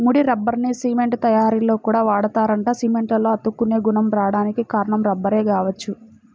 ముడి రబ్బర్ని సిమెంట్ తయ్యారీలో కూడా వాడతారంట, సిమెంట్లో అతుక్కునే గుణం రాడానికి కారణం రబ్బరే గావచ్చు